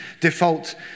default